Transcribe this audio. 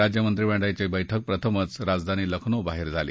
राज्य मंत्रिमंडळाची बैठक प्रथमच राजधानी लखनौबाहेर झाली